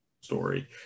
story